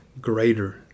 greater